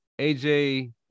AJ